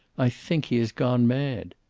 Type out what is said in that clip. i think he has gone mad.